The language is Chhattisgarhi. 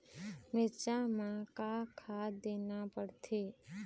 मिरचा मे का खाद देना पड़थे?